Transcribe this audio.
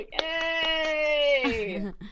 Yay